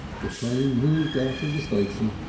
the train moved out of the station.